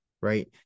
right